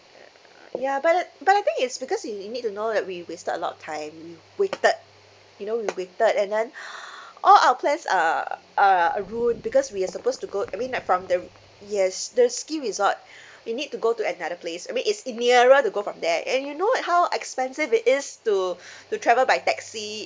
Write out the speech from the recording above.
uh ya but it but I think is because you you need to know that we wasted a lot time we waited you know we waited and then all our plans are are ruined because we are supposed to go I mean like from the yes the ski resort we need to go to another place I mean it's nearer to go from there and you know like how expensive it is to to travel by taxi